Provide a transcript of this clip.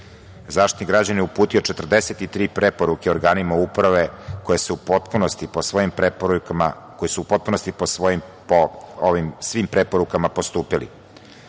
Zaštitnik građana je uputio 43 preporuke organima uprave koje se u potpunosti po svim preporukama postupili.